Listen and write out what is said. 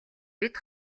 бид